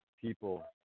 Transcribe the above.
people